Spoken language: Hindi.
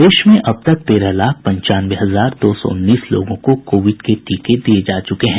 प्रदेश में अब तक तेरह लाख पंचानवे हजार दो सौ उन्नीस लोगों को कोविड के टीके दिये जा चुके हैं